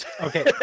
Okay